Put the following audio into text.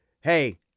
hey